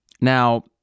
Now